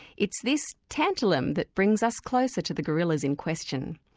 it's this tantalum that brings us closer to the gorillas in question.